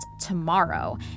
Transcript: tomorrow